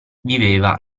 viveva